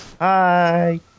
hi